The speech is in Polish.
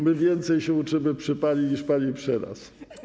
My więcej się uczymy przy pani niż pani przy nas.